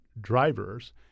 drivers